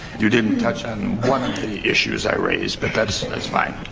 you didn't touch on one of the issues i raised, but that's and that's fine.